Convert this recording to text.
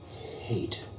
hate